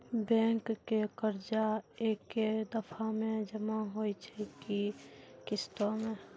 Bank के कर्जा ऐकै दफ़ा मे जमा होय छै कि किस्तो मे?